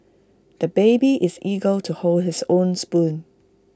the baby is eager to hold his own spoon